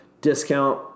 discount